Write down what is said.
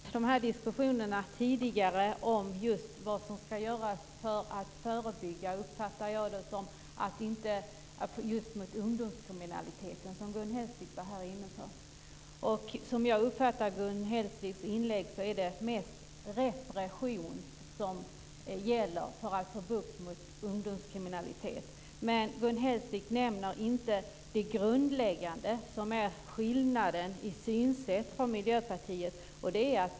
Fru talman! Vi har haft diskussioner tidigare om just vad som ska göras för att förebygga ungdomskriminaliteten, som Gun Hellsviks här var inne på. Som jag uppfattade Gun Hellsviks inlägg är det mest repression som gäller för att få bukt med ungdomskriminalitet. Men Gun Hellsvik nämner inte den grundläggande skillnaden i synsätt i förhållande till Miljöpartiet.